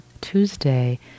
Tuesday